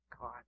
God